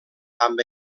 amb